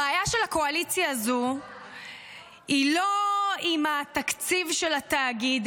הבעיה של הקואליציה הזו היא לא עם התקציב של התאגיד,